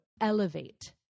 elevate